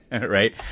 Right